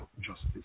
justice